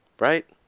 Right